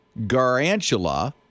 Garantula